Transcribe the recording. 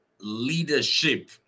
Leadership